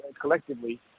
collectively